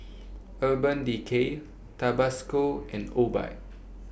Urban Decay Tabasco and Obike